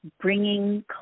bringing